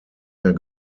mehr